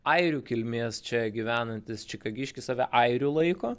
airių kilmės čia gyvenantis čikagiškis save airiu laiko